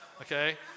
Okay